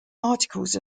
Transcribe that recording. articles